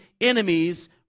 enemies